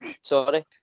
sorry